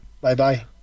Bye-bye